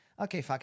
okay